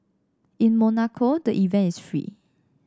in Monaco the event is free